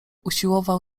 usiłował